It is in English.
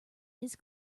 his